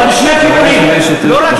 אבל לשני הכיוונים, תודה.